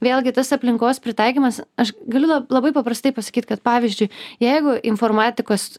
vėlgi tas aplinkos pritaikymas aš galiu labai paprastai pasakyt kad pavyzdžiui jeigu informatikos